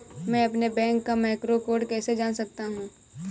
मैं अपने बैंक का मैक्रो कोड कैसे जान सकता हूँ?